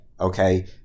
okay